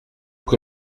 que